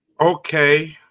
Okay